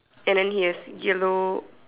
and then he has yellow